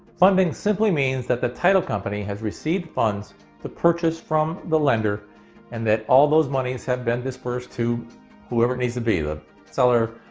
funding simply means that the title company has received funds to purchase, from the lender and that all those monies have been dispersed to whoever it needs to be. the seller,